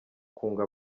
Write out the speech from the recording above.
kwunga